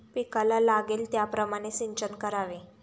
पिकाला लागेल त्याप्रमाणे सिंचन करावे